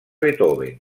beethoven